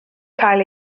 cael